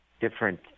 different